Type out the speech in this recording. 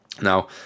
now